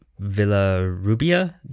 Villarubia